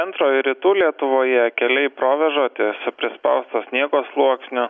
antroj rytų lietuvoje keliai provėžoti su prispausto sniego sluoksniu